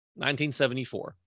1974